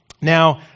now